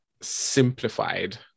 simplified